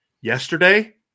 yesterday